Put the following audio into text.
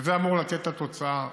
וזה אמור לתת את התוצאה הרצויה.